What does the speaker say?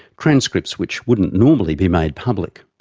transcripts which wouldn't normally be made public.